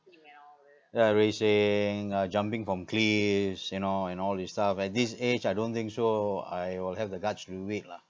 uh racing uh jumping from cliffs you know and all this stuff at this age I don't think so I will have the guts do it lah